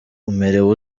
umerewe